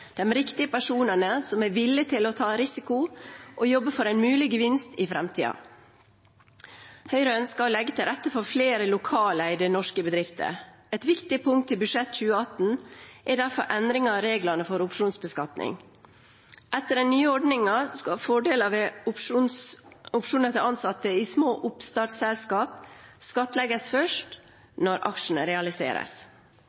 de riktige personene, som er villige til å ta risiko og jobbe for en mulig gevinst i framtiden. Høyre ønsker å legge til rette for flere lokaleide norske bedrifter. Et viktig punkt i budsjett 2018 er derfor endring av reglene for opsjonsbeskatning. Etter den nye ordningen skal fordeler ved opsjoner til ansatte i små oppstartsselskap skattlegges